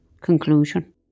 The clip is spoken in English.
conclusion